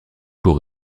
pour